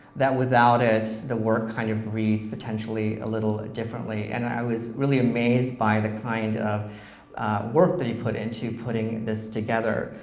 that without it, the work kind of reads, potentially, a little differently, and i was really amazed by the kind of work that he put into putting this together.